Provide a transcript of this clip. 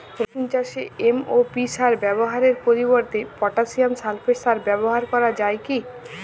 রসুন চাষে এম.ও.পি সার ব্যবহারের পরিবর্তে পটাসিয়াম সালফেট সার ব্যাবহার করা যায় কি?